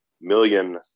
million